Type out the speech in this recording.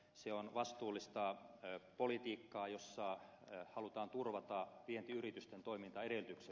se on vastuullista politiikkaa jolla halutaan turvata vientiyritysten toimintaedellytykset